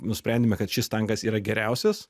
nusprendėme kad šis tankas yra geriausias